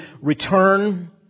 return